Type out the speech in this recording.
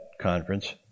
conference